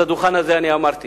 על הדוכן הזה אני אמרתי